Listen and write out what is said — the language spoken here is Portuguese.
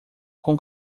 com